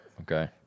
Okay